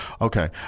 Okay